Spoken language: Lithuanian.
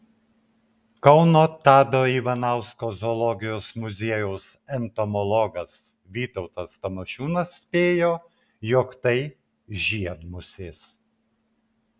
kauno tado ivanausko zoologijos muziejaus entomologas vytautas tamošiūnas spėjo jog tai žiedmusės